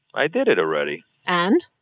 i did it already and?